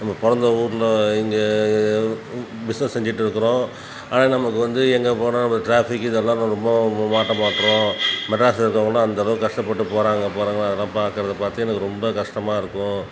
நம்ம பிறந்த ஊரில் இங்கே பிஸ்னஸ் செஞ்சுட்டு இருக்கிறோம் ஆனால் நமக்கு வந்து எங்கே போனாலும் நம்மளுக்கு ட்ராஃபிக் இதெல்லாம் நான் ரொம்ப மாட்ட மாட்றோம் மெட்ராஸில் இருக்கிறவங்கெல்லாம் அந்த அளவுக்கு கஷ்டப்பட்டு போகிறாங்க போகிறது வர்றதுலாம் பார்க்குறது பார்த்து எனக்கு ரொம்ப கஷ்டமாக இருக்கும்